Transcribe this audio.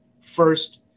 first